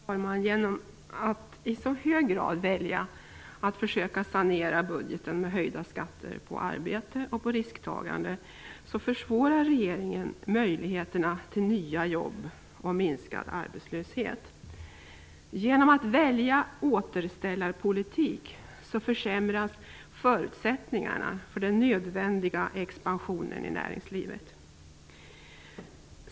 Herr talman! Genom att i så hög grad välja att försöka sanera budgeten med höjda skatter på arbete och på risktagande så försvårar regeringen möjligheterna till nya jobb och minskad arbetslöshet. Genom att man väljer återställarpolitik försämras förutsättningarna för den nödvändiga expansionen i näringslivet.